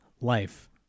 life